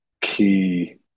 key